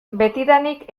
betidanik